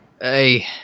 hey